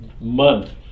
month